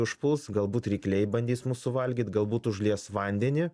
užpuls galbūt rykliai bandys mus suvalgyt galbūt užlies vandenį